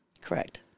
Correct